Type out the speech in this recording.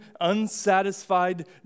unsatisfied